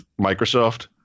Microsoft